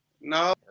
No